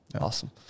Awesome